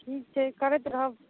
ठीक छै करैत रहब